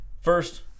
First